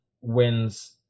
wins